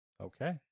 Okay